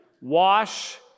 wash